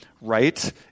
Right